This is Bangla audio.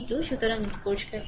সুতরাং এটি পরিষ্কার করুন